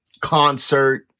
concert